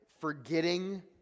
Forgetting